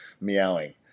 meowing